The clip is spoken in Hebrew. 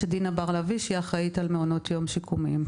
דינה בר לוי שאחראית על מעונות יום שיקומיים.